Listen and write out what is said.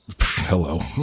Hello